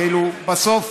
כאילו, בסוף,